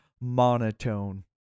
monotone